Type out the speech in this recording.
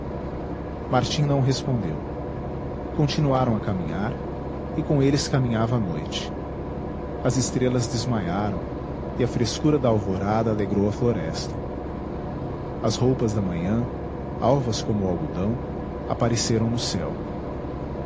martim não respondeu continuaram a caminhar e com eles caminhava a noite as estrelas desmaiaram e a frescura da alvorada alegrou a floresta as roupas da manhã alvas como o algodão apareceram no céu